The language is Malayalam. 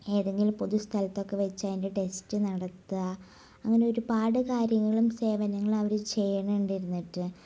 ഏതെങ്കിലും പൊതുസ്ഥലത്തൊക്കെ വെച്ച് അതിൻ്റെ ടെസ്റ്റ് നടത്തുക അങ്ങനെ ഒരുപാട് കാര്യങ്ങളും സേവനങ്ങളും അവർ ചെയ്യുന്നുണ്ട് ഇരുന്നിട്ട്